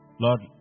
Lord